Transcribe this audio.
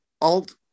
alt